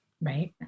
Right